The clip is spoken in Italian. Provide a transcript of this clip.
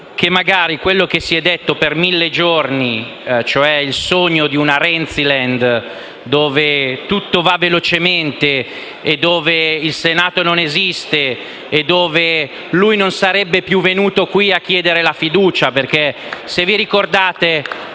coscienza di quello che si è detto per mille giorni, cioè il sogno di una "Renziland" dove tutto va velocemente, dove il Senato non esiste e dove lui non sarebbe più venuto qui a chiedere la fiducia. *(Applausi dal